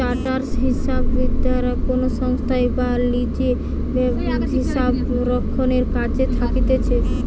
chartered হিসাববিদরা কোনো সংস্থায় বা লিজে হিসাবরক্ষণের কাজে থাকতিছে